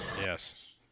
Yes